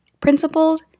principled